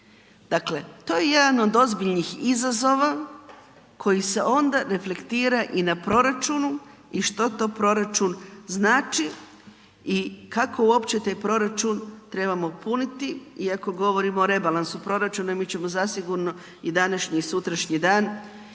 Dakle, to je jedan od ozbiljnih izazova koji se onda reflektira i na proračunu i što to proračun znači i kako uopće taj proračun trebamo puniti iako govorimo o rebalansu proračuna i mi ćemo zasigurno i današnji i sutrašnji dan iskoristiti